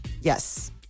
Yes